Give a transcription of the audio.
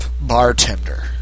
bartender